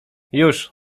już